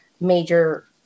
major